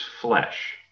flesh